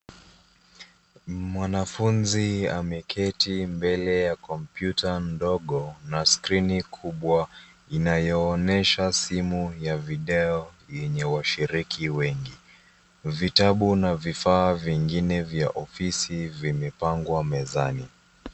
Mwanafunzi ameketi mbele ya kompyuta ndogo na skrini kubwa inayoonyesha simu ya video yenye washiriki wengi. Vitabu na vifaa vingine vya ofisi vimepangwa mezani.